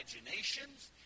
imaginations